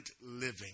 living